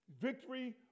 victory